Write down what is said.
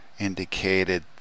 indicated